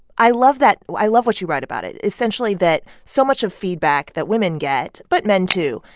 i love that i love what you write about it, essentially that so much of feedback that women get, but men too,